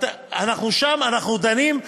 אנחנו דנים,